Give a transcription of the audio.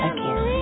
Again